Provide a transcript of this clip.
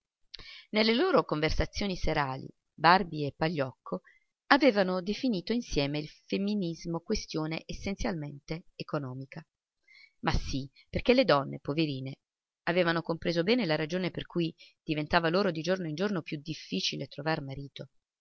nelle loro conversazioni serali barbi e pagliocco avevano definito insieme il feminismo questione essenzialmente economica ma sì perché le donne poverine avevano compreso bene la ragione per cui diventava loro di giorno in giorno più difficile trovar marito